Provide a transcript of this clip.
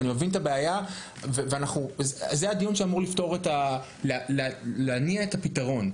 אני מבין את הבעיה וזה הדיון שאמור להניע את הפתרון.